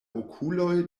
okuloj